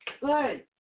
Good